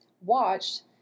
watched